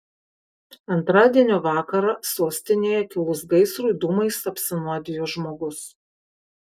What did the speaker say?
antradienio vakarą sostinėje kilus gaisrui dūmais apsinuodijo žmogus